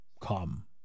come